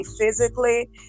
physically